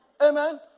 Amen